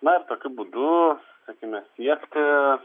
na tokiu būdu tarkime siekti